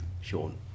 Sean